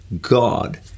God